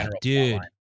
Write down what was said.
dude